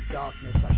darkness